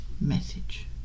message